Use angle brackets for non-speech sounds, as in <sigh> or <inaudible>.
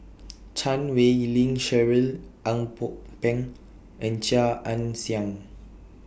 <noise> Chan Wei Ling Cheryl Ang Pok Peng and Chia Ann Siang